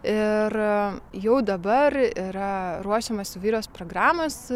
ir jau dabar yra ruošiamos įvairios programos